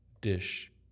dish